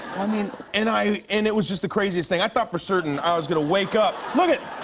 i mean and i and it was just the craziest thing. i thought for certain i was gonna wake up. lookit!